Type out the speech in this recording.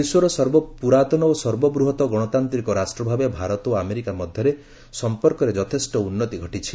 ବିଶ୍ୱର ସର୍ବପ୍ରାତନ ଓ ସର୍ବବୃହତ ଗଣତାନ୍ତିକ ରାଷ୍ଟ୍ରଭାବେ ଭାରତ ଓ ଆମେରିକା ମଧରେ ସଂପର୍କରେ ଯଥେଷ୍ଟ ଉନ୍ନତି ଘଟିଛି